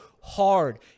hard